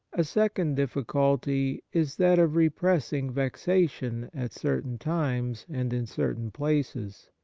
a second difficulty is that of repressing vexation at certain times and in certain places.